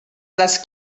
les